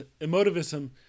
emotivism